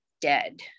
dead